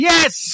Yes